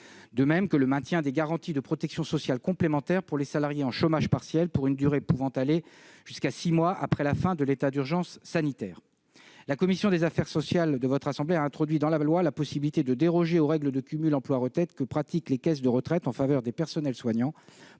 de même que le maintien des garanties de protection sociale complémentaire pour les salariés en chômage partiel pour une durée pouvant aller jusqu'à six mois après la fin de l'état d'urgence sanitaire. La commission des affaires sociales du Sénat a introduit dans la loi la possibilité de déroger aux règles de cumul emploi-retraite que pratiquent les caisses de retraite en faveur des personnels soignants